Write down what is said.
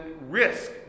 risk